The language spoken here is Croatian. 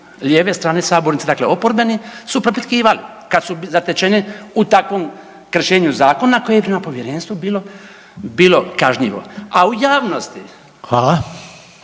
lijeve strane sabornice, dakle oporbeni su propitkivali kad su zatečeni u takvom kršenju zakona koje je prema povjerenstvu bilo kažnjivo. A u javnosti …